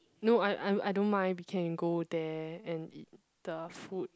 no I I I don't mind we can go there and eat the food